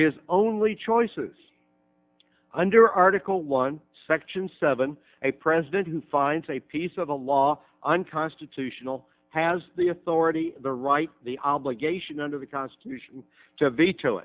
his only choices under article one section seven a president who finds a piece of the law unconstitutional has the authority the right the obligation under the constitution to veto